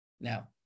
Now